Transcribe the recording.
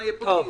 פה.